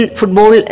Football